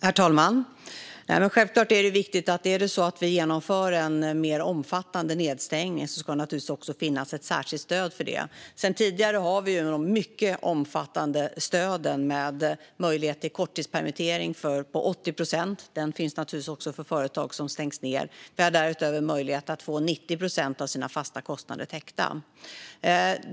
Herr talman! Om vi genomför en mer omfattande nedstängning ska det givetvis också finnas ett särskilt stöd för det. Sedan tidigare har vi de mycket omfattande stöden, bland annat med möjlighet till korttidspermittering på 80 procent. Det gäller givetvis också företag som stängs ned. Därutöver har de möjlighet att få 90 procent av sina fasta kostnader täckta.